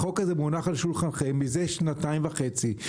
הרי החוק הזה מונח על שולחנכם מזה שנתיים וחצי.